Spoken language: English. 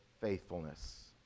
faithfulness